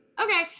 okay